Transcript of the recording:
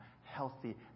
healthy